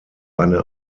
eine